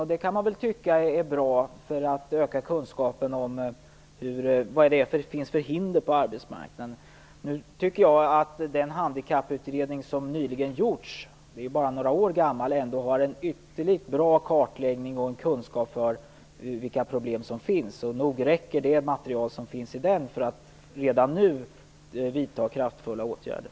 En utredning kan tyckas vara bra för att öka kunskapen om hindren på arbetsmarknaden. Men jag tycker att den handikapputredning som gjordes för bara några år sedan var en ytterligt bra kartläggning av och kunskap om de problem som finns. Nog räcker materialet i den utredningen för att redan nu kunna vidta kraftfulla åtgärder.